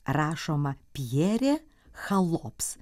rašoma pjėrė chalops